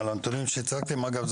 אגב,